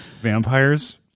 Vampires